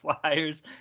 Flyers